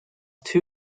two